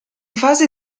fase